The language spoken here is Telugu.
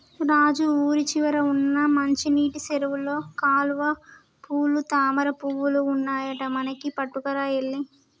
రాజు ఊరి చివర వున్న మంచినీటి సెరువులో కలువపూలు తామరపువులు ఉన్నాయట మనకి పట్టుకురా ఎల్లి